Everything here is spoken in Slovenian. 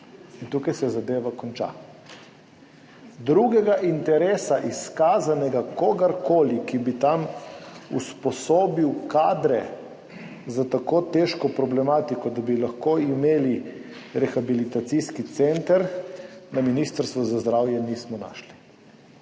In tukaj se zadeva konča. Drugega izkazanega interesa kogarkoli, ki bi tam usposobil kadre za tako težko problematiko, da bi lahko imeli rehabilitacijski center, na Ministrstvu za zdravje nismo našli.